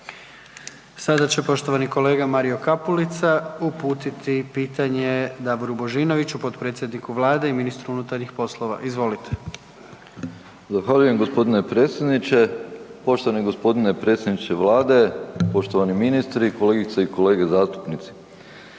Sada će poštovani kolega Mario Kapulica uputiti pitanje Davoru Božinoviću, potpredsjedniku Vlade i ministru unutarnjih poslova. Izvolite. **Kapulica, Mario (HDZ)** Zahvaljujem g. predsjedniče. Poštovani g. predsjedniče Vlade, poštovani ministri, kolegice i kolege zastupnici.